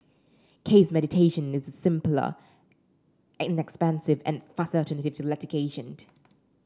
case mediation is simpler inexpensive and faster alternative to litigation